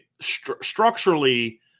structurally